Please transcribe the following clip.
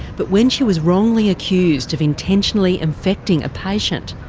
but when she was wrongly accused of intentionally infecting a patient,